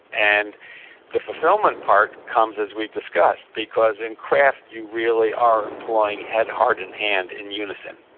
and the fulfillment part comes as we discuss because in craft you really are employing head, heart and hand in unison.